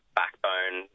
backbone